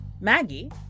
Maggie